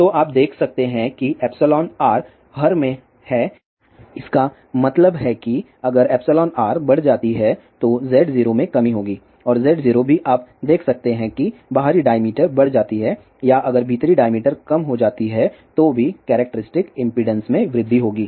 तो आप देख सकते हैं कि εr हर में है इसका मतलब है कि अगर εr बढ़ जाती है तो Z0 में कमी होगी और Z0 भी आप देख सकते है कि बाहरी डाईमीटर बढ़ जाती है या अगर भीतरी डाईमीटर कम हो जाती है तो भी कैरेक्टरिस्टिक इम्पीडेन्स में वृद्धि होगी